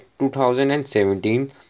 2017